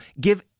Give